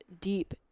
deep